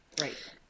right